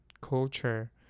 culture